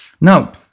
Now